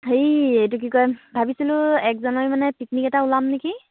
হেৰি এইটো কি কয় ভাবিছিলোঁ এক জানুৱাৰী মানে পিকনিক এটা ওলাম নেকি